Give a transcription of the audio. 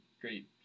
great